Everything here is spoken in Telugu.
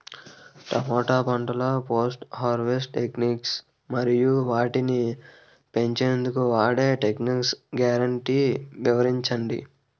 టమాటా పంటలో పోస్ట్ హార్వెస్ట్ టెక్నిక్స్ మరియు వాటిని ఉంచెందుకు వాడే టెక్నిక్స్ గ్యారంటీ వివరించండి?